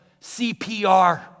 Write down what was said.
CPR